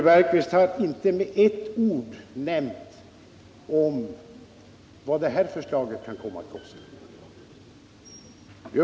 Han har inte med ett ord nämnt vad detta förslag kan komma att kosta.